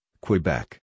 Quebec